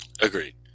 Agreed